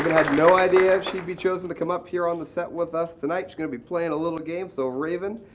had no idea if she'd be chosen to come up on the set with us. tonight she's going to be playing a little game so raven,